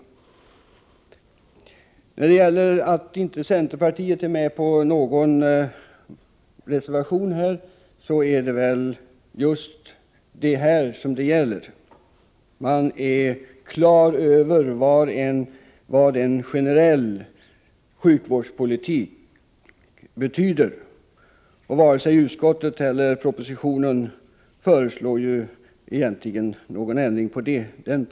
Anledningen till att centerpartiet inte står bakom någon reservation är väl just att man är på det klara med betydelsen av en generell sjukvårdspolitik, och varken i utskottet eller i propositionen föreslås ju egentligen någon ändring på denna punkt.